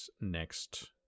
next